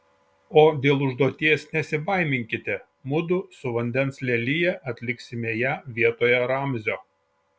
o dėl užduoties nesibaiminkite mudu su vandens lelija atliksime ją vietoj ramzio